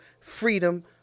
Freedom